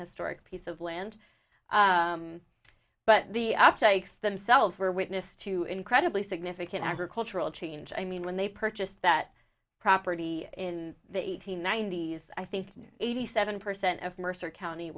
historic piece of land but the optics themselves were witness to incredibly significant agricultural change i mean when they purchased that property in the two hundred ninety s i think eighty seven percent of mercer county